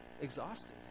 exhausted